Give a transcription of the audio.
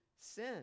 sin